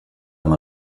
amb